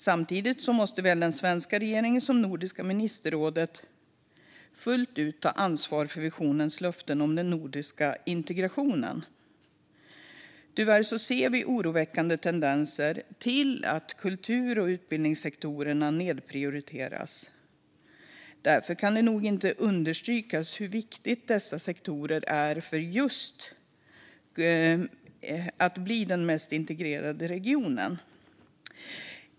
Samtidigt måste såväl den svenska regeringen som Nordiska ministerrådet fullt ut ta ansvar för visionens löften om den nordiska integrationen. Tyvärr finns oroväckande tendenser till att kultur och utbildningssektorerna nedprioriteras. Därför kan det inte nog understrykas hur viktiga dessa sektorer är för att Norden ska bli den mest integrerade regionen.